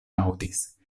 aŭdis